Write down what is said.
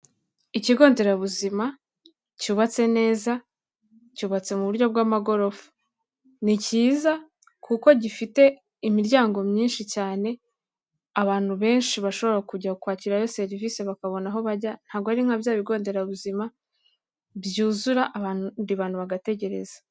Ikigo nderabuzima cyubatse neza, cyubatse mu buryo bw'amagorofa, ni cyiza kuko gifite imiryango myinshi cyane, abantu benshi bashobora kujya kwakirayo serivisi bakabona aho bajya, ntabwo ari nka bya bigo nderabuzima byuzura abandi bantu bagategereza.